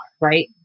right